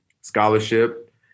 scholarship